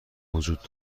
وجود